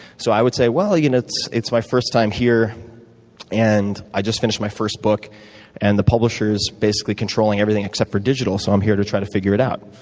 so i would say, well, you know it's it's my first time here and i just finished my first book and the publisher is basically controlling everything except for digital, so i'm here to try to figure it out.